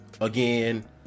again